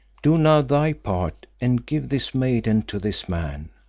do now thy part and give this maiden to this man.